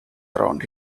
around